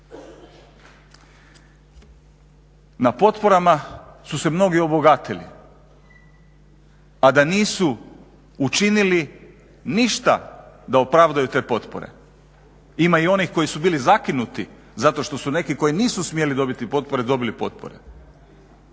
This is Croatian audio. Na potporama su se mnogi obogatili a da nisu učinili ništa da opravdaju te potpore, ima i onih koji su bili zakinuti zato što su neki koji nisu smjeli dobiti potpore dobili potpore.